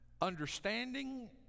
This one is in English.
understanding